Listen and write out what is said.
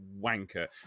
wanker